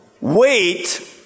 wait